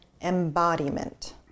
embodiment